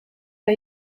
der